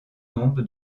nombre